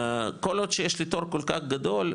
כל עוד שיש לי תור כל כך גדול,